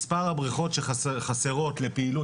מספר הבריכות שחסרות לפעילות,